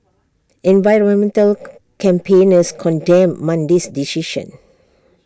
environmental campaigners condemned Monday's decision